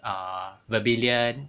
uh vermillion